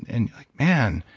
and man.